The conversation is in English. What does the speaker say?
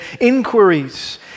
inquiries